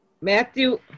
Matthew